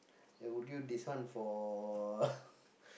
like would you this one for